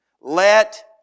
let